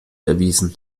erwiesen